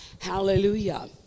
Hallelujah